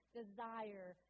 desire